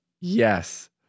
Yes